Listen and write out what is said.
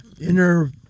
inner